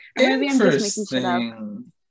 interesting